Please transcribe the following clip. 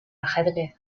ajedrez